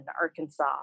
Arkansas